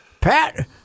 Pat